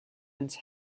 ins